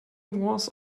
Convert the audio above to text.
was